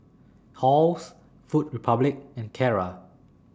Halls Food Republic and Kara